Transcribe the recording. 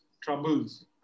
troubles